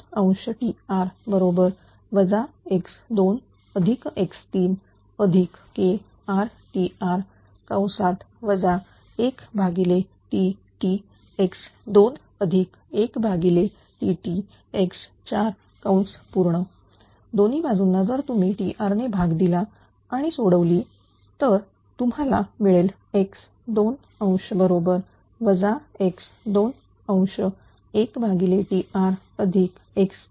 Tr x2 x3KrTr 1Ttx2 1Ttx4 दोन्ही बाजूंना जर तुम्ही Tr भाग दिला आणि सोडवली तर तुम्हाला हे मिळेल x2